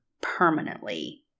permanently